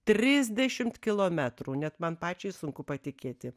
trisdešimt kilometrų net man pačiai sunku patikėti